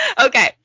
Okay